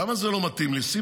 למה זה לא מתאים לו?